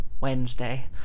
Wednesday